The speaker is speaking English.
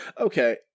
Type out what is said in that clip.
Okay